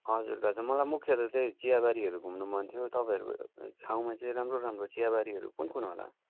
हजुर दाजु मलाई मुख्य गरी चाहिँ चियाबारीहरू घुम्नु मन थियो तपाईँहरूको ठाउँमा चाहिँ राम्रो राम्रो चिययाबारीहरू चाहिँ कुन कुन होला